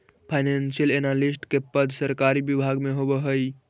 financial analyst के पद सरकारी विभाग में होवऽ हइ